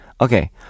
Okay